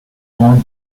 born